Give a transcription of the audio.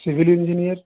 civil engineer